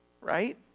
right